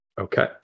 Okay